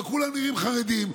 אבל כולם נראים חרדים,